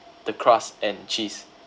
the crust and cheese